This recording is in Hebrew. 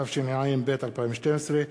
התשע"ב 2012,